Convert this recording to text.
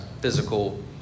physical